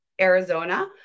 Arizona